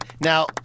Now